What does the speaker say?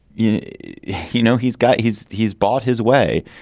you know, he's got he's he's bought his way.